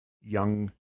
young